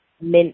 mint